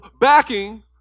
backing